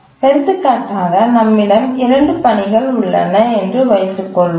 எடுத்துக்காட்டாக நம்மிடம் 2 பணிகள் உள்ளன என்று வைத்துக் கொள்வோம்